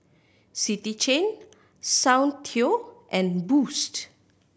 City Chain Soundteoh and Boost